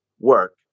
Work